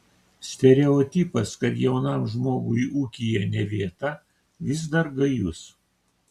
stereotipas kad jaunam žmogui ūkyje ne vieta vis dar gajus